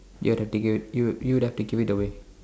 you'd have to give it you you'd have to give it away